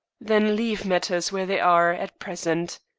then leave matters where they are at present.